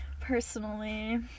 Personally